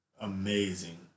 amazing